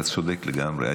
אתה צודק לגמרי.